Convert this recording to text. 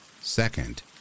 Second